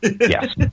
Yes